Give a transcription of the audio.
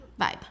vibe